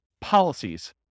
policies